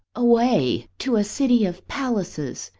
away! to a city of palaces,